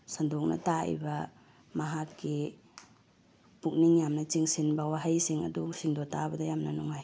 ꯁꯟꯗꯣꯛꯅ ꯇꯥꯛꯏꯕ ꯃꯍꯥꯛꯀꯤ ꯄꯨꯛꯅꯤꯡ ꯌꯥꯝꯅ ꯆꯤꯡꯁꯤꯟꯕ ꯋꯍꯩꯁꯤꯡ ꯑꯗꯨ ꯇꯥꯕꯗ ꯌꯥꯝꯅ ꯅꯨꯡꯉꯥꯏ